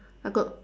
I got